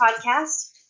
podcast